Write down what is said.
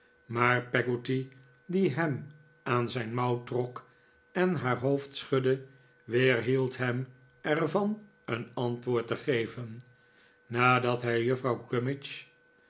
maar peggotty die hem aan zijn jnouw trok en haar hoofd schudde weerhield hem er van een antwoord te geven nadat hij juffrouw